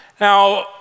now